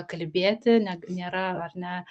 kalbėti ne nėra ar ne